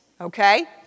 okay